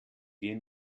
wir